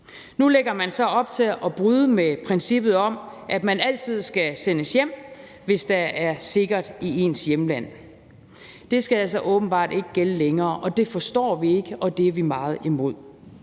Nu lægges der så op til at bryde med princippet om, at man altid skal sendes hjem, hvis der er sikkert i ens hjemland. Det skal så åbenbart ikke gælde længere, og det forstår vi ikke, og det er vi meget imod.